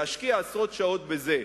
להשקיע עשרות שעות בזה,